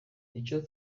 icyo